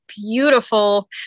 beautiful